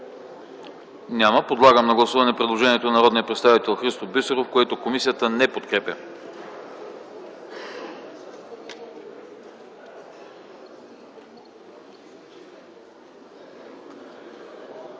Няма. Подлагам на гласуване предложението на народния представител Христо Бисеров, което комисията не подкрепя.